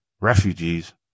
refugees